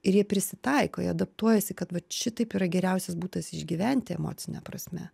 ir jie prisitaiko jie adaptuojasi kad vat šitaip yra geriausias būdas išgyventi emocine prasme